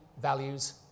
values